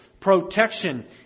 protection